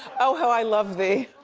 oh how i love thee,